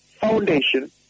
foundation